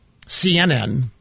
CNN